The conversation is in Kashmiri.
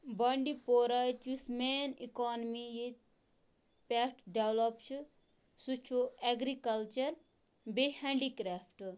بانڈی پوارہٕچ یُس مین اِکونمی ییٚتہِ پٮ۪ٹھ ڈیولَپ چھِ سُہ چھُ اٮ۪گرِکَلچر بیٚیہِ ہینڈی کریفٹ